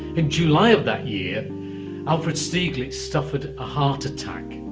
in july of that year alfred stieglitz suffered a heart attack.